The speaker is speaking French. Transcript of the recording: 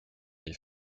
les